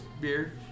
beer